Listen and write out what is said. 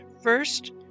First